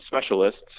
specialists